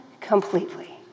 completely